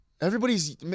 everybody's